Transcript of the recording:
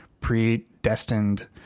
predestined